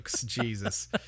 Jesus